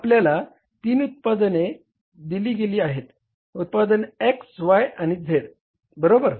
आपल्याला तीन उत्पादने दिली गेली आहेत उत्पादन X Y आणि Z बरोबर